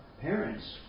parents